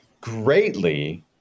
Greatly